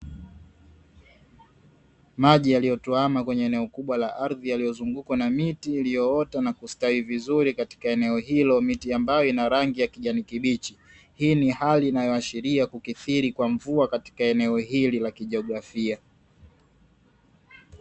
Maji yaliyotuama kwenye eneo kubwa la ardhi yaliyozungukwa na miti iliyoota na kustawi vizuri katika eneo hilo, miti ambayo ina rangi ya kijani kibichi. Hii ni hali inayoashiria kukithiri kwa mvua katika eneo hili la kijografia.